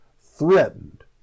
threatened